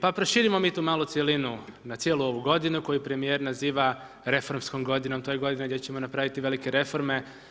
Pa proširimo mi tu malo cjelinu na cijelu ovu godinu koju premijer naziva reformskom godinom, to je godina gdje ćemo napraviti velike reforme.